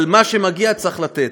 אבל מה שמגיע, צריך לתת.